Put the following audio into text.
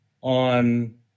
on